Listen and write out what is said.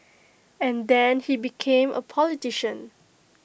and then he became A politician